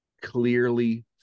clearly